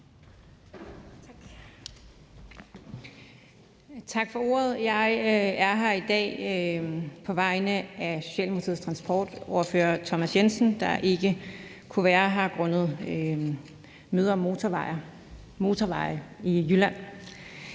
Tak for ordet. Jeg er her i dag på vegne af Socialdemokratiets transportordfører, Thomas Jensen, der ikke kunne være her grundet et møde om motorveje i Jylland,